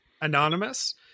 anonymous